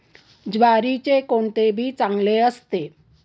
ज्वारीचे कोणते बी चांगले असते?